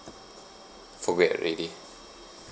forget already